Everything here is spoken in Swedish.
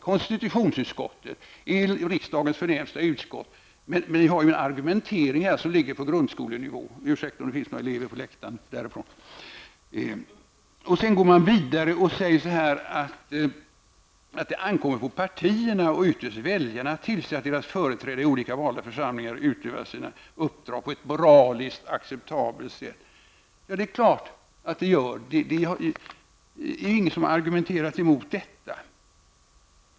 Konstitutionsutskottet, riksdagens förnämsta utskott, har här en argumentering som ligger på grundskolenivå -- ursäkta om det finns några elever från grundskolan på läktaren! Litet längre fram skriver utskottet: ''Det ankommer på partierna och ytterst väljarna att tillse att deras företrädare i valda församlingar utövar sina uppdrag på ett moraliskt acceptabelt sätt.'' Det är naturligtvis riktigt, och det är ingen som har argumenterat emot det.